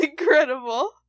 incredible